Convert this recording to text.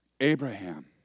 Abraham